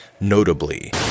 Notably